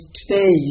today